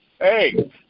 Hey